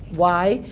why?